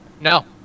No